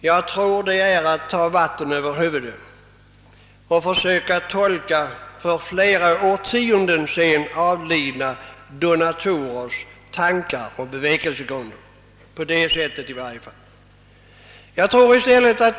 Jag tror att man tar sig vatten över huvudet när man på det sättet försöker tolka för flera årtionden sedan avlidna donatorers tankar och bevekelsegrunder.